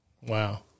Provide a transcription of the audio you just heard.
Wow